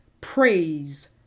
Praise